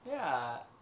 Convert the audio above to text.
ya